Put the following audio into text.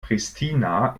pristina